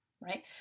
right